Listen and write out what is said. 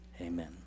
amen